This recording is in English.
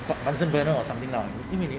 stock bunsen burner or something lah